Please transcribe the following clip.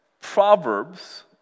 Proverbs